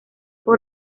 por